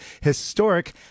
Historic